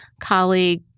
colleague